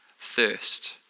thirst